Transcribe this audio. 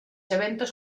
eventos